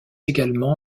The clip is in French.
également